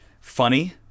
funny